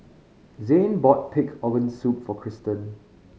Zhane bought pig organ soup for Tristan